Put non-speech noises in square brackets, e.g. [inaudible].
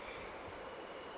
[breath]